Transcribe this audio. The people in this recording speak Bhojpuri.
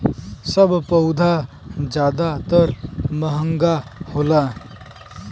सब पउधा जादातर महंगा होला